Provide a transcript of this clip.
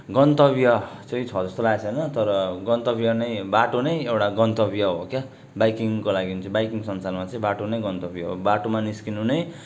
गन्तव्य चाहिँ छ जस्तो लागेको छैन तर गन्तव्य नै बाटो नै एउटा गन्तव्य हो क्या बाइकिङको लागि चाहिँ बाइकिङ संसारमा चाहिँ बाटो नै गन्तव्य हो बाटोमा निस्कनु नै अब